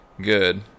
Good